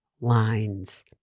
lines